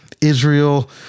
Israel